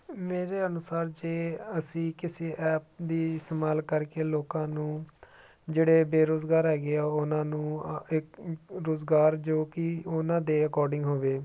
ਮੇਰੇ ਅਨੁਸਾਰ ਜੇ ਅਸੀਂ ਕਿਸੇ ਐਪ ਦਾ ਇਸਤੇਮਾਲ ਕਰਕੇ ਲੋਕਾਂ ਨੂੰ ਜਿਹੜੇ ਬੇਰੁਜ਼ਗਾਰ ਹੈਗੇ ਆ ਉਹਨਾਂ ਨੂੰ ਇੱਕ ਰੁਜ਼ਗਾਰ ਜੋ ਕਿ ਉਹਨਾਂ ਦੇ ਅਕੋਰਡਿੰਗ ਹੋਵੇ